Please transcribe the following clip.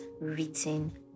written